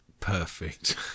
perfect